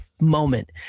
moment